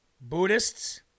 Buddhists